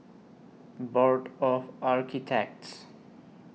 Board of Architects